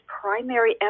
primary